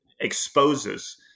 exposes